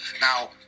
Now